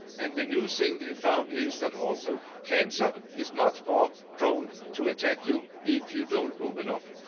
and the new thing they found is that also cancer is much more prone to attack you if you don't move enough.